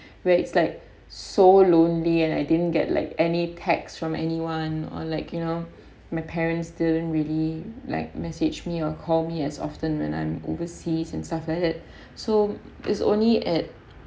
where it's like so lonely and I didn't get like any texts from anyone or like you know my parents didn't really like message me or call me as often when I'm overseas and stuff like that so is only at